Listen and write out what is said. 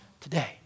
today